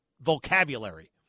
vocabulary